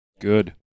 Good